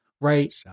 Right